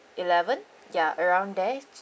eleven ya around there